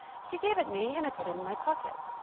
she gave it me and i put it in my pocket.